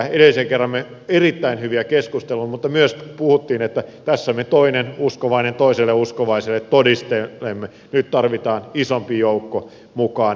edellisen kerran me kävimme erittäin hyviä keskusteluja mutta myös puhuttiin että tässä me toisillemme toinen uskovainen toiselle uskovaiselle todistelemme nyt tarvitaan isompi joukko mukaan